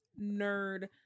nerd